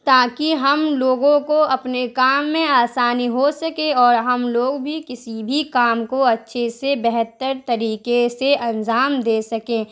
تاکہ ہم لوگوں کو اپنے کام میں آسانی ہو سکے اور ہم لوگ بھی کسی بھی کام کو اچھے سے بہتر طریقے سے انجام دے سکیں